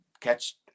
catch